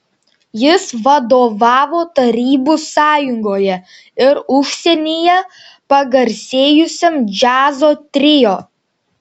jis vadovavo tarybų sąjungoje ir užsienyje pagarsėjusiam džiazo trio